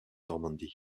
normandy